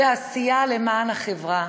בעשייה למען החברה.